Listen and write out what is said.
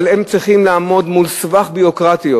אבל הם צריכים לעמוד מול סבך ביורוקרטי.